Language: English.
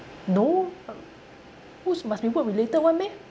no whose must be work related [one] meh